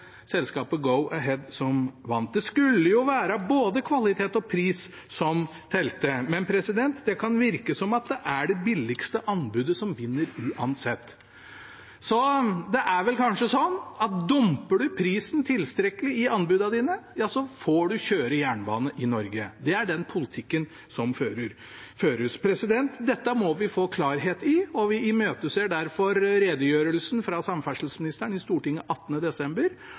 som vant. Det skulle være både kvalitet og pris som telte, men det kan virke som om det er det billigste anbudet som vinner, uansett. Det er vel kanskje sånn at om man dumper prisen i anbudene sine tilstrekkelig, ja, så får man kjøre jernbane i Norge. Det er den politikken som føres. Dette må vi